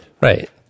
Right